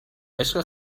عشق